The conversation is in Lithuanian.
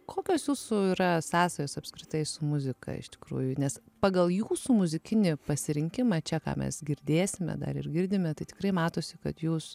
kokios jūsų yra sąsajos apskritai su muzika iš tikrųjų nes pagal jūsų muzikinį pasirinkimą čia ką mes girdėsime dar ir girdime tai tikrai matosi kad jūs